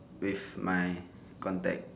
with my contact